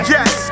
Yes